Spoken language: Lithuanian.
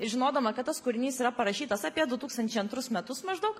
žinodama kad tas kūrinys yra parašytas apie du tūkstančiai antrus metus maždaug